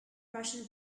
russian